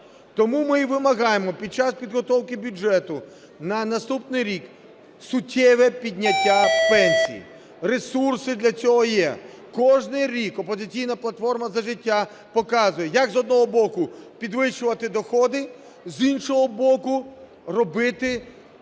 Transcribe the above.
Тому ми й вимагаємо під час підготовки бюджету на наступний рік суттєве підняття пенсій, ресурси для цього є. Кожен рік "Опозиційна платформа – За життя" показує, як, з одного боку, підвищувати доходи, з іншого боку – робити вартість